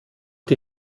die